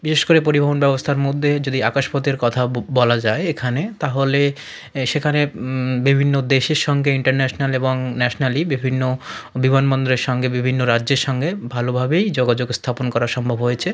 বিশেষ করে পরিবহণ ব্যবস্থার মধ্যে যদি আকাশপথের কথা বলা যায় এখানে তাহলে সেখানে বিভিন্ন দেশের সঙ্গে ইন্টারন্যাশনাল এবং ন্যাশনালি বিভিন্ন বিমানবন্দরের সঙ্গে বিভিন্ন রাজ্যের সঙ্গে ভালোভাবেই যোগাযোগ স্থাপন করা সম্ভব হয়েছে